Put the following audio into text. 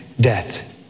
death